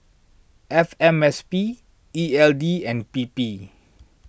F M S P E L D and P P